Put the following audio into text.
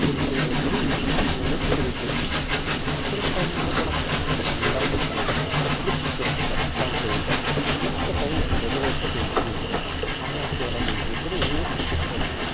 తెలియని వాళ్ళకు కూడా ఈజీగా మనం అనేది తెలియజేయొచ్చు మనకు ట్రైన్ అనేది కూడా అసల అసలు ఉందా లేదా అది కూడా చెక్ చేసుకోవచ్చు అసలు క్యాన్సిల్ అయ్యిందా లేకపోతే ట్రైన్ రిజర్వేషన్ చేపించుకున్నామా ఆ యాప్ ద్వారా మనం అనేది కూడా ఎన్నో చెక్ చేసుకోవచ్చు